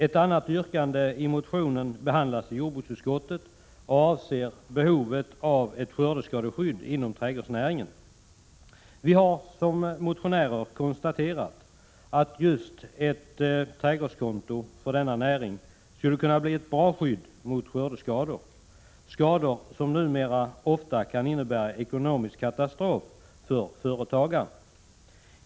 Ett annat yrkande i motionen behandlas av jordbruksutskottet och avser behovet av ett skördeskadeskydd inom trädgårdsnäringen. Vi motionärer har konstaterat att just ett trädgårdskonto skulle kunna bli — Prot. 1986/87:94 ett bra skydd när det gäller skördeskador, skador som numera ofta kan 25 mars 1987 innebära ekonomisk katastrof för en företagare.